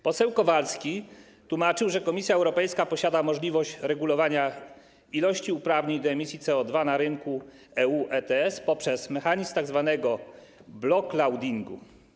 Poseł Kowalski tłumaczył, że Komisja Europejska posiada możliwość regulowania ilości uprawnień do emisji CO2 na rynku EU ETS poprzez mechanizm tzw. backloadingu.